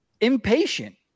impatient